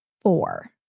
four